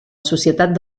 societat